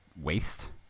waste